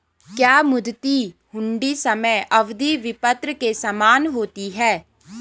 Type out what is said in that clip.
क्या मुद्दती हुंडी समय अवधि विपत्र के समान होती है?